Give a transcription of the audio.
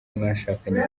mwashakanye